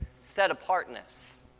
set-apartness